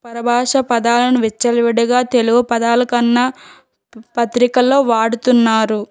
పరభాష పదాలను విచ్చలవిడిగా తెలుగు పదాల కన్నా ప పత్రికల్లో వాడుతున్నారు